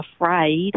afraid